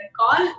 call